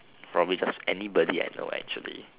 probably just anybody I know actually